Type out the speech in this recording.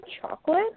chocolate